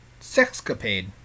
sexcapade